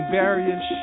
various